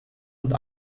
und